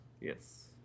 Yes